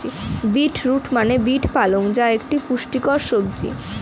beet root মানে beet পালং যা একটি পুষ্টিকর সবজি